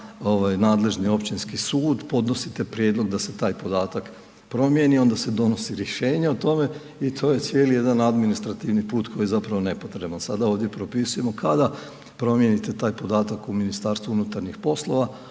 nadležni općinski sud, podnosite prijedlog da se taj podatak promijeni, onda se donosi rješenje o tome i to je cijeli jedan administrativni put koji je zapravo nepotreban, sad ovdje propisujemo kada promijenite taj podatak u MUP-u, on automatski